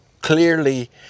clearly